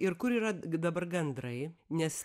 ir kur yra dabar gandrai nes